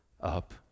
up